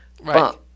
Right